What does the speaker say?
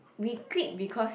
we click because